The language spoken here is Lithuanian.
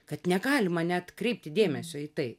kad negalima net kreipti dėmesio į tai